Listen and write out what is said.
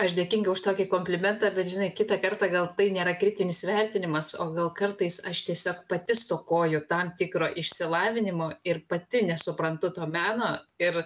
aš dėkinga už tokį komplimentą bet žinai kitą kartą gal tai nėra kritinis vertinimas o gal kartais aš tiesiog pati stokoju tam tikro išsilavinimo ir pati nesuprantu to meno ir